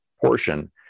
portion